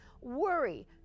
worry